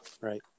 right